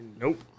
Nope